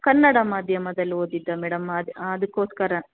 ಕನ್ನಡ ಮಾಧ್ಯಮದಲ್ಲಿ ಓದಿದ್ದ ಮೇಡಮ್ ಅದು ಅದಕ್ಕೋಸ್ಕರ